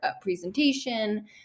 presentation